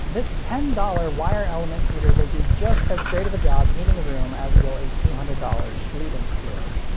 this ten dollars wire-element heater will do just as great of a job heating a room as will a two hundred dollars schleeden clure.